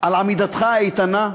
על עמידתך האיתנה,